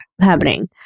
happening